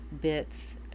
bits